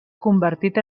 convertit